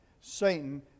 Satan